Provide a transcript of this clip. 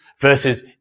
versus